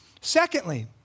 Secondly